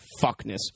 fuckness